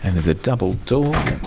and there's a double door,